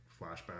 flashback